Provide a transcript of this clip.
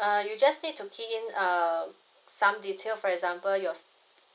uh you just need to key in um some detail for example your